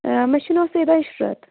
مےٚ چھُ ناو سعیدہ عِشرَت